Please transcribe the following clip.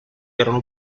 erano